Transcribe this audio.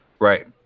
right